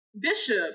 Bishop